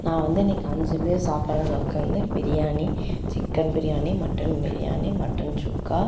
நான் வந்து இன்னைக்கி அஞ்சு பேர் சாப்பிட்ற அளவுக்கு வந்து biryani chicken biryani mutton biryani mutton சுக்கா